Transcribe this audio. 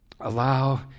allow